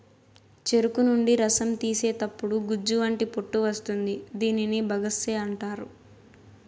చెరుకు నుండి రసం తీసేతప్పుడు గుజ్జు వంటి పొట్టు వస్తుంది దీనిని బగస్సే అంటారు